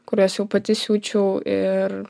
kuriuos jau pati siūčiau ir